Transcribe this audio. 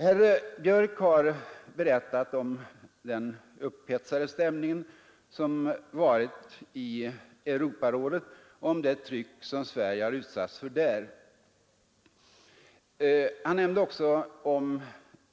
Herr Björk i Göteborg har berättat om den upphetsade stämning som rått i Europarådet och om det tryck som Sverige utsatts för där. Han nämnde också